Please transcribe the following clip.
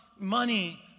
Money